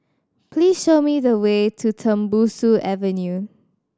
please show me the way to Tembusu Avenue